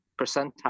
percentile